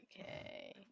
okay